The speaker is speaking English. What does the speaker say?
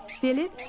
Philip